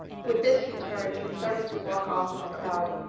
with this he turned and started to walk off in the crowd,